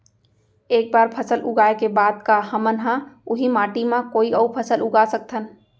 एक बार फसल उगाए के बाद का हमन ह, उही माटी मा कोई अऊ फसल उगा सकथन?